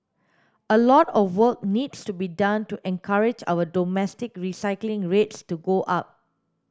a lot of work needs to be done to encourage our domestic recycling rates to go up